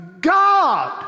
God